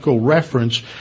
reference